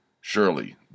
Surely